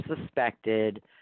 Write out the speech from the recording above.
suspected